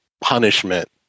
punishment